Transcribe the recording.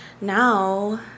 now